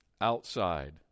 outside